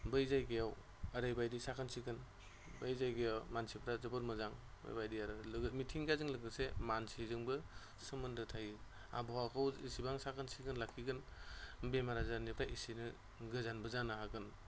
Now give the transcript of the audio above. बै जायगायाव ओरैबायदि साखोन सिखोन बै जायगायाव मानसिफ्रा जोबोर मोजां बेबायदि आरो लोगोसे मिथिंगाजों लोगोसे मानसिजोंबो सोमोन्दो थायो आबहावाखौ जेसेबां साखोन सिखोन लाखिगोन बेमार आजारनिफ्राय एसेनो गोजानबो जानो हागोन